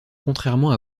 contrairement